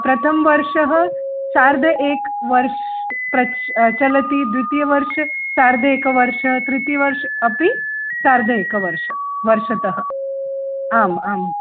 प्रथमवर्षे सार्ध एकवर्षं प्रच् चलति द्वितीयवर्षं सार्ध एकवर्षं तृतीयवर्षम् अपि सार्ध एकवर्षं वर्षतः आम् आं